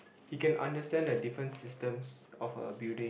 he can understand the different systems of a building